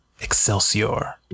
Excelsior